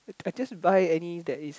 I just buy any that is